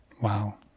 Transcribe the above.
Wow